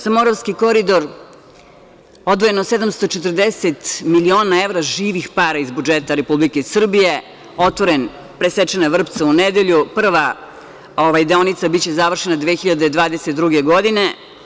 Za Moravski koridor odvojeno je 740 miliona evra živih para iz budžeta Republike Srbije, otvoren, presečena je vrpca u nedelju, prva deonica biće završena 2022. godine.